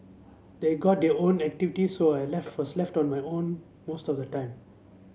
they got their own activities so I left was left on my own most of the time